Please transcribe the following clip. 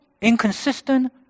inconsistent